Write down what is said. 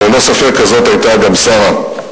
וללא ספק כזאת היתה גם שרה.